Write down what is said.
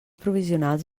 provisionals